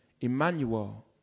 Emmanuel